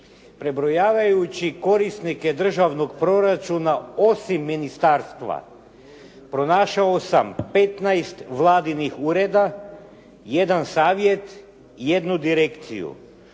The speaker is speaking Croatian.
Prebrojavajući korisnike državnog proračuna osim ministarstva pronašao sam 15 vladinih ureda, 1 savjet, 1 direkciju,